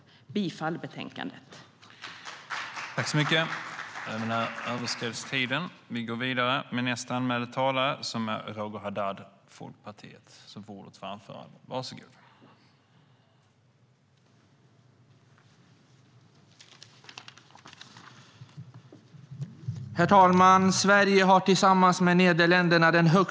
Jag yrkar bifall till utskottets förslag.